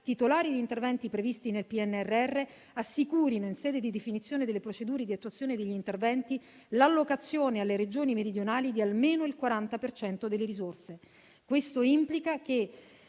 titolari di interventi previsti nel PNRR assicurino in sede di definizione delle procedure di attuazione degli interventi, l'allocazione alle Regioni meridionali di almeno il 40 per cento delle risorse. Questo implica che,